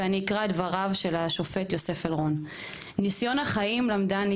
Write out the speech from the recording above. ואני אקרא את דבריו של השופט יוסף אלרון: "ניסיון החיים לימדני